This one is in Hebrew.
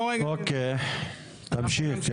אוקיי, תמשיך.